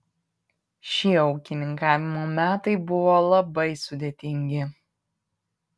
šie ūkininkavimo metai buvo labai sudėtingi